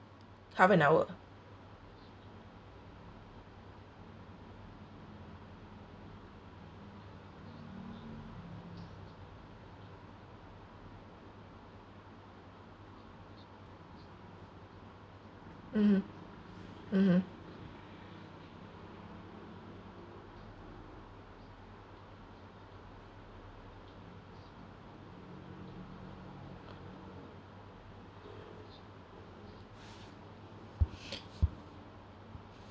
half an hour mmhmm mmhmm